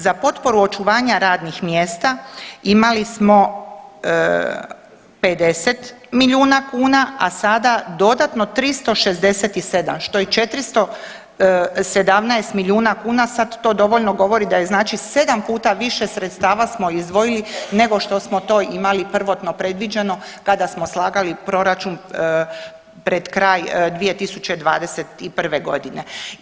Za potporu očuvanja radnih mjesta imali smo 50 milijuna kuna, a sada dodatno 367, što je 417 milijuna kuna, sad to dovoljno govori da je znači 7 puta više sredstava smo izdvojili nego što smo to imali prvotno predviđeno kada smo slagali proračun pred kraj 2021.g.